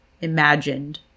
imagined